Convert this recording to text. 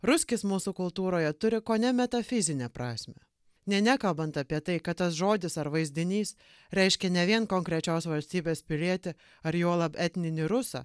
ruskis mūsų kultūroje turi kone metafizinę prasmę nė nekalbant apie tai kad tas žodis ar vaizdinys reiškia ne vien konkrečios valstybės pilietį ar juolab etninį rusą